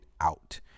out